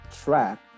track